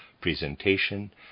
presentation